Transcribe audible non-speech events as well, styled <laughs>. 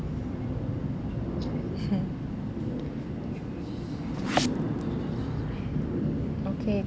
<laughs> okay